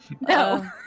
No